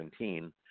2017